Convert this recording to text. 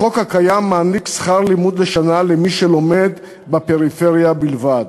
החוק הקיים מעניק שכר לימוד לשנה למי שלומד בפריפריה בלבד.